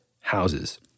houses